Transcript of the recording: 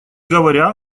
говоря